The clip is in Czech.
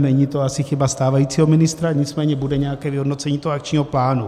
Není to asi chyba stávajícího ministra, nicméně bude nějaké vyhodnocení toho akčního plánu.